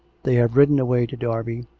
they have ridden away to derby,